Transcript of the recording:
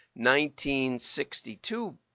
1962